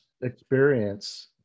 experience